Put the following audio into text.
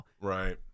Right